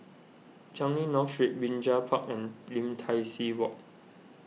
Changi North Street Binjai Park and Lim Tai See Walk